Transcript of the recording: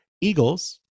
Eagles